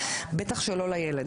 בטח שלא לילד.